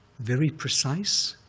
very precise,